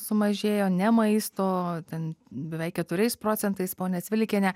sumažėjo ne maisto ten beveik keturiais procentais ponia cvilikiene